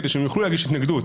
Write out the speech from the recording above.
כדי שהם יוכלו להגיש התנגדות.